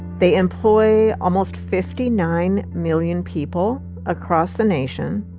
they employ almost fifty nine million people across the nation.